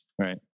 Right